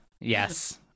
Yes